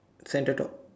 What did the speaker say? center to